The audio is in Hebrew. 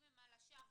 אם הן על השער,